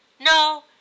No